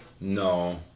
No